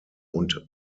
und